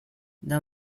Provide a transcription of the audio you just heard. the